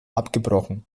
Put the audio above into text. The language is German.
abgebrochen